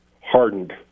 hardened